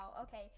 okay